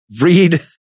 Read